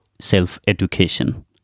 self-education